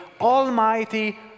almighty